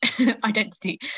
identity